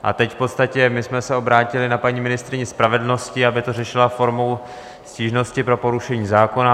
A teď jsme se obrátili na paní ministryni spravedlnosti, aby to řešila formou stížnosti pro porušení zákona.